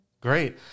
Great